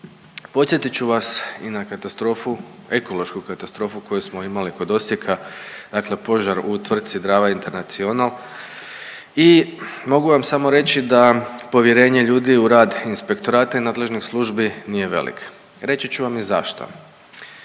Podsjetit ću vas i na katastrofu, ekološku katastrofu koju smo imali kod Osijeka. Dakle požar u tvrtki Drava International i mogu vam samo reći da povjerenje ljudi u rad inspektorata i nadležnih službi nije velik. Reći ću vam i zašto.